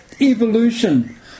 evolution